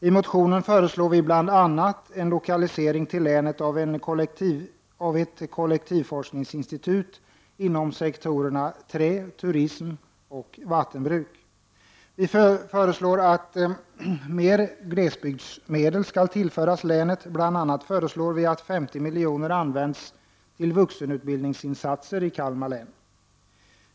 I motionen föreslår vi bl.a. en lokalisering till länet av ett kollektivforskningsinstitut inom sektorerna trä, turism och vattenbruk. Vi föreslår att mer glesbygdsmedel skall tillföras länet, bl.a. att 50 miljoner används till vuxenutbildningsinsatser i Kalmar län.